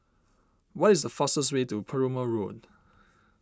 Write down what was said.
what is the fastest way to Perumal Road